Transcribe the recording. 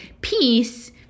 peace